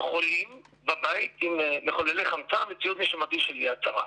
חולים בבית עם מחוללי חמצן וציוד נשימתי של "יד שרה".